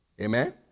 amen